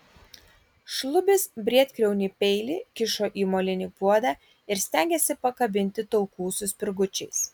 šlubis briedkriaunį peilį kišo į molinį puodą ir stengėsi pakabinti taukų su spirgučiais